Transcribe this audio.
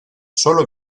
solo